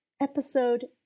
Episode